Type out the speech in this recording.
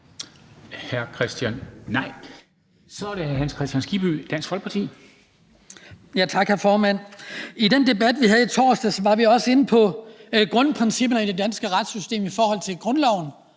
Folkeparti. Kl. 14:18 Hans Kristian Skibby (DF): Tak, hr. formand. I den debat, vi havde i torsdags, var vi også inde på grundprincipperne i det danske retssystem med hensyn til grundloven,